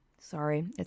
Sorry